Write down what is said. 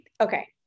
okay